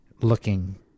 looking